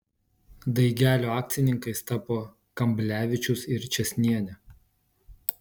daigelio akcininkais tapo kamblevičius ir čėsnienė